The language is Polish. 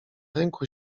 rynku